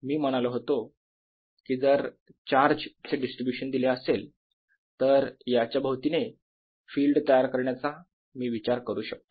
मी म्हणालो होतो की जर चार्ज चे डिस्ट्रीब्यूशन दिले असेल तर याच्या भवतीने फिल्ड तयार करण्याचा मी विचार करू शकतो